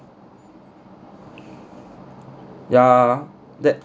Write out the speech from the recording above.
while that